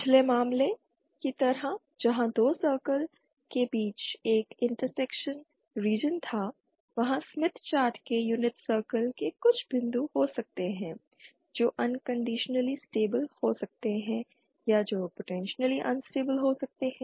पिछले मामले की तरह जहां दो सर्कल के बीच एक इंटरसेक्शन रीजन था वहां स्मिथ चार्ट के यूनिट सर्कल में कुछ बिंदु हो सकते हैं जो अनकण्डीशनली स्टेबिल हो सकते हैं या जो पोटेंशियली अनस्टेबिल हो सकते हैं